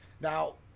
Now